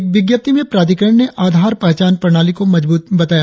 एक विज्ञप्ति में प्राधिकरण ने आधार पहचान प्रणाली को मजब्रत बताया